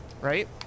right